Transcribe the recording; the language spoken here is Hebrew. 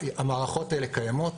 המערכות האלה קיימות,